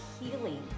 healing